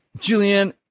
Julianne